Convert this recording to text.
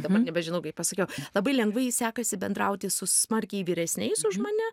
dabar nebežinau kaip pasakiau labai lengvai sekasi bendrauti su smarkiai vyresniais už mane